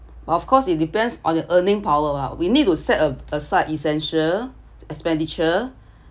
but of course it depends on your earning power lah we need to set a~ aside essential expenditure